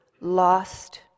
lost